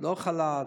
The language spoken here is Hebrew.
לא חל"ת?